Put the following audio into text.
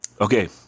Okay